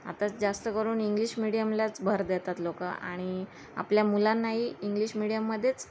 आता जास्तकरून इंग्लिश मिडियमलाच भर देतात लोक आणि आपल्या मुलांनाही इंग्लिश मिडियममध्येच